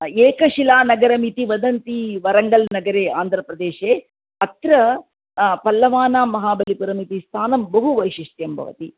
एकशिलानगरमिति वदन्ति वारङ्गल् नगरे आन्ध्रपदेशे अत्र पल्लवानां महाबलिपुरमिति स्थानं बहुवैशिष्ट्यं भवति